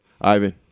Ivan